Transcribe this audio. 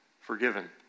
forgiven